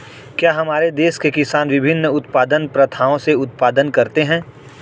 क्या हमारे देश के किसान विभिन्न उत्पादन प्रथाओ से उत्पादन करते हैं?